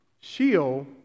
Sheol